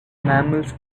mammals